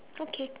okay